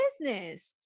business